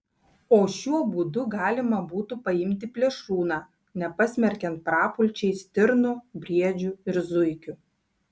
o šiuo būdu galima būtų paimti plėšrūną nepasmerkiant prapulčiai stirnų briedžių ir zuikių